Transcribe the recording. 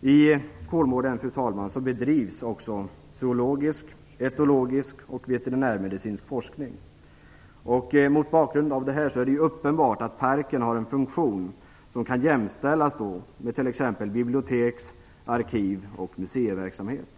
I Kolmården bedrivs också zoologisk, etologisk och veterinärmedicinsk forskning. Mot denna bakgrund är det uppenbart att parken har en funktion som kan jämställas med biblioteks-, arkiv och museiverksamhet.